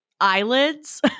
eyelids